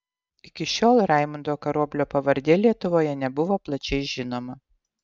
iki šiol raimundo karoblio pavardė lietuvoje nebuvo plačiai žinoma